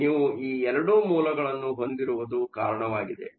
ಆದ್ದರಿಂದ ನೀವು ಈ 2 ಮೂಲಗಳನ್ನು ಹೊಂದಿರುವುದು ಕಾರಣವಾಗಿದೆ